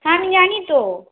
হ্যাঁ আমি জানি তো